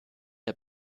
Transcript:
der